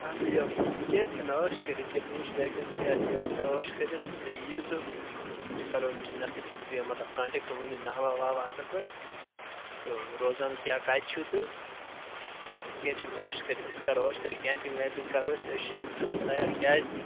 اَدٕ یہِ کیٚنٛہہ چھُ نہٕ ٲش کٔرِتھ یہِ کہِ بہٕ وُچھٕ ویکنسی آسہِ یلہٕ تہٕ ٲش کٔرِتھ تُہۍ ییو تہٕ أسۍ کَرو مےٚ سۭتۍ کٔرِو تُہۍ مطلب کنٹیکٹہٕ ؤنِو ناوا واوا اَصٕل پٲٹھۍ تہٕ روزان کیٛاہ کتہِ چھُو تُہۍ تہٕ کیٚنٛہہ چھُ نہٕ ٲش کٔرِتھ أسۍ کرو ٲش کٔرِتھ کیمپِنٛگ ویمپِنٛگ کَرو أسۍ أسۍ چھِ اَمہِ خٲطرٕ تیار کیٛازِ نہٕ